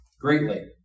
greatly